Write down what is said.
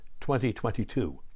2022